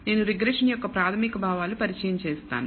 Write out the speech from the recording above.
నేను రిగ్రెషన్ యొక్క ప్రాథమిక భావాలు పరిచయం చేస్తాను